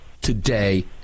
today